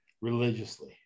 religiously